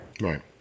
right